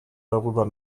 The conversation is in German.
darüber